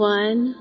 one